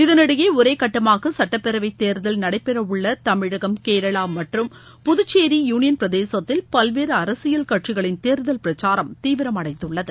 இதனிடையே ஒரேகட்டமாக சட்டப்பேரவை தேர்தல் நளடபெற உள்ள தமிழகம் கேரளா மற்றும் புதுச்சேரி யூளியன்பிரதேசத்தில் பல்வேறு அரசியல் கட்சிகளின் தேர்தல் பிரச்சாரம் தீவிரம் அடைந்துள்ளது